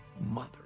mother